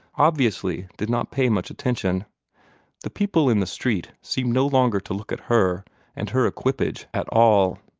obviously did not pay much attention the people in the street seemed no longer to look at her and her equipage at all.